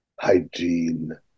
hygiene